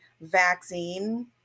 vaccine